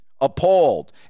appalled